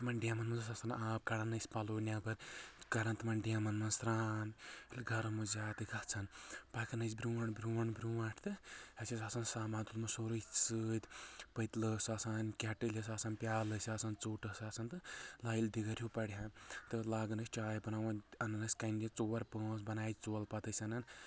تِمن ڈیمن منٛز اوس آسان آب کڑان ٲسۍ پلو نیبر کران تِمن ڈیمن منٛز سرٛان ییٚلہِ گرم اوس زیادٕ گژھان پکان ٲسۍ برٛونٛٹھ برٛونٛٹھ برٛونٛٹھ تہٕ اسہِ اوس آسان سامان تُلمُت سورُے سۭتۍ پٔتلہٕ اوس آسان کیٚٹٕلۍ ٲس آسان پیالہٕ ٲس آسان ژوٹ ٲس آسان تہٕ یا ییٚلہِ دِگر ہیوٗ پڑِ ہا تہٕ لاگان ٲسۍ چاے بناوٕنۍ انان ٲسۍ کنہِ ژور پانٛژھ بنایہِ ژوٚل پتہٕ ٲسۍ انان